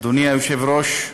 אדוני היושב-ראש,